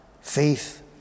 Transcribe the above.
faith